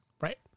Right